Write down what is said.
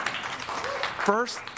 First